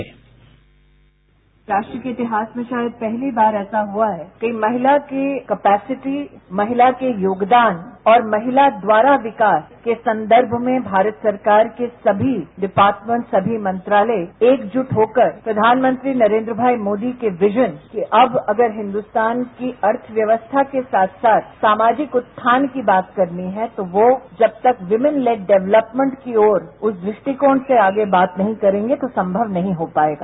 bite राष्ट्र के इतिहास में शायद पहली बार ऐसा हुआ है कि महिला की कैपेसिटी महिला के योगदान और महिला द्वारा विकास के संदर्भ में भारत सरकार के सभी डिपार्टमेंट सभी मंत्रालय एकजुट होकर प्रधानमंत्री नरेन्द्रभाई मोदी के विजन कि अब अगर हिन्दुस्तान की अर्थव्यवस्था के साथ साथ सामाजिक उत्थान की बात करनी है तो वो जब तक वुमन लैड डेवलपमेंट की ओर उस दृष्टिकोण से आगे बात नहीं करेंगे तो संभव नहीं हो पाएगा